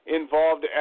involved